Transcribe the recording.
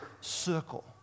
circle